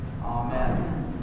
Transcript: Amen